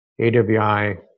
AWI